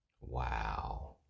Wow